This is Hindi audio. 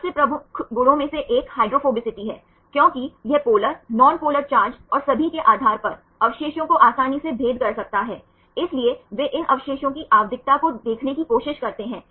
तो अल्फा हेलिसेस हैंसही क्योंकि पहले जिन संरचनाओं की उन्होंने पहचान की थी वे प्रोटीन में हेलिसेस हैं